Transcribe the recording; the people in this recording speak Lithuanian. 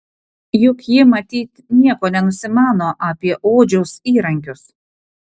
juk ji matyt nieko nenusimano apie odžiaus įrankius